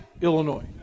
Illinois